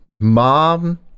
mom